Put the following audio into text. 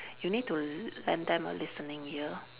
you need to lend them a listening ear